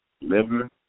liver